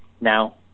Now